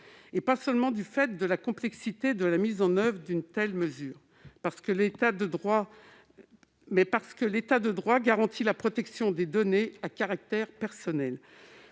et pas seulement du fait de la complexité de la mise en oeuvre d'une telle mesure, mais parce que l'État de droit garantit la protection des données à caractère personnel.